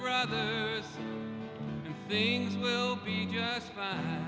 brother things will be just fine